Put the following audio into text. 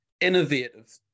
innovative